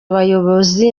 abayobozi